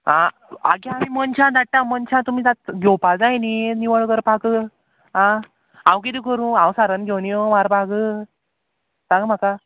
आं आगे आमी मनशां धाडटा मनशां तुमी जाता घेवपा जाय न्ही निवळ करपाक आं हांव किदें करूं हांव सारन घेवन येवं मारपाक सांग म्हाका